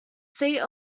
seat